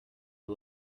are